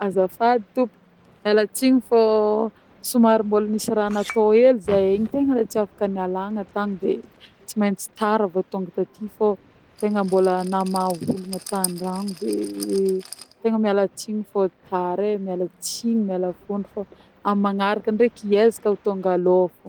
Azafady tompoko, miala tsigny fô somary mbôla nisy raha natô hely zeh igny, tegna le tsy afaka nialagna tagny de tsy mentsy tara vô tonga taty fô tegna mbôla namaha olagna tandragno de de tegna miala tsigny fô tara e, miala tsigny, miala fondro fô amin'ny magnaraka ndreky iezaka ho tonga alôha fô.